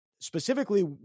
specifically